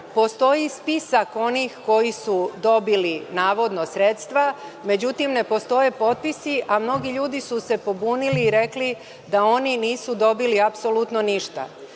Postoji spisak onih koji su dobili navodno sredstva. Međutim, ne postoje potpisi, a mnogi ljudi su se pobunili i rekli da oni nisu dobili apsolutno ništa. Juče